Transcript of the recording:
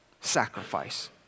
Sacrifice